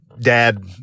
dad